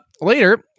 later